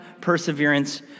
perseverance